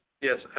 Yes